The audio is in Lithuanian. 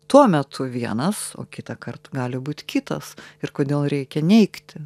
tuo metu vienas o kitąkart gali būt kitas ir kodėl reikia neigti